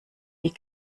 die